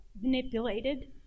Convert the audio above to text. manipulated